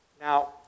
Now